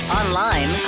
online